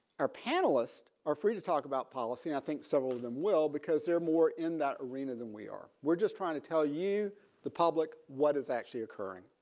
our panelists are free to talk about policy and i think several of them will because they're more in that arena than we are. we're just trying to tell you the public what is actually occurring.